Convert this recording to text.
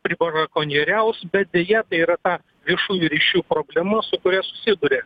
pribrakonieriaus bet deja tai yra ta viešųjų ryšių problema su kuria susiduria